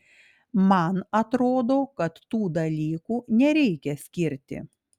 man atrodo kad tų dalykų nereikia skirti